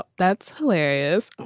ah that's hilarious.